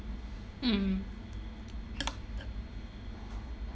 mm